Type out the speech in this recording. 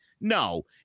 No